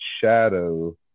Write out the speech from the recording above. shadow